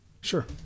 Sure